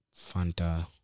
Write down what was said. Fanta